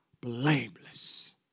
blameless